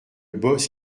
boss